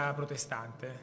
protestante